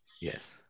Yes